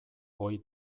ohi